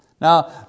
Now